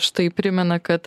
štai primena kad